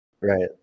Right